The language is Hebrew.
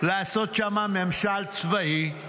לעשות שם ממשל צבאי.